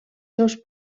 seus